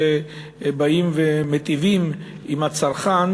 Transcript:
שבאים ומיטיבים עם הצרכן